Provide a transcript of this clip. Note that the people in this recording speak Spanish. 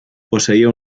poseía